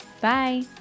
Bye